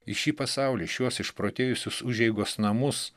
į šį pasaulį šiuos išprotėjusius užeigos namus